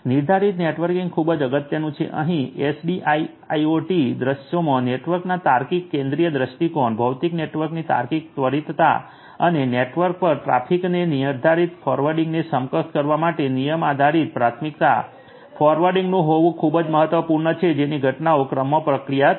નિર્ધારિત નેટવર્કિંગ ખૂબ અગત્યનું છે અહીં એસડીઆઈઆઈઓટી દૃશ્યોમાં નેટવર્કના તાર્કિક કેન્દ્રિય દૃષ્ટિકોણ ભૌતિક નેટવર્કની તાર્કિક ત્વરિતતા અને નેટવર્ક પર ટ્રાફિકને નિર્ધારિત ફોરવર્ડિંગને સક્ષમ કરવા માટે નિયમ આધારિત પ્રાથમિકતા ફોરવર્ડિંગનું હોવું ખૂબ જ મહત્વપૂર્ણ છે જેથી ઘટનાઓ ક્રમમાં પ્રક્રિયા થાય